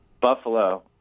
Buffalo